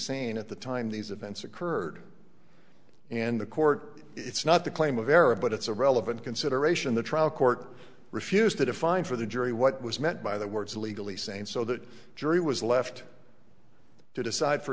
sane at the time these events occurred and the court it's not the claim of error but it's a relevant consideration the trial court refused to define for the jury what was meant by the words legally sane so that jury was left to decide for